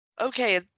Okay